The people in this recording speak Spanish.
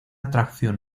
atracción